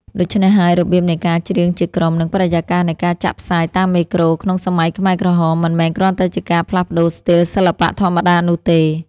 ដូច្នេះហើយ របៀបនៃការច្រៀងជាក្រុម និងបរិយាកាសនៃការចាក់ផ្សាយតាមមេក្រូក្នុងសម័យខ្មែរក្រហម មិនមែនគ្រាន់តែជាការផ្លាស់ប្តូរស្ទីលសិល្បៈធម្មតានោះទេ